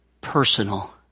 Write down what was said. personal